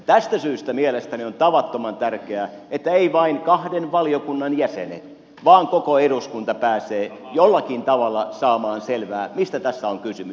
tästä syystä mielestäni on tavattoman tärkeää että ei vain kahden valiokunnan jäsenet vaan koko eduskunta pääsee jollakin tavalla saamaan selvää mistä tässä on kysymys